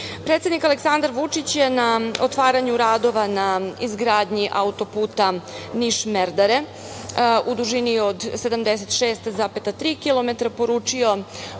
roku. Predsednik Aleksandar Vučić je na otvaranju radova na izgradnji autoputa Niš – Merdare u dužini od 76,3 kilometra poručio